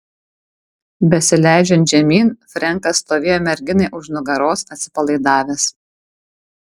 besileidžiant žemyn frenkas stovėjo merginai už nugaros atsipalaidavęs